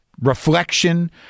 reflection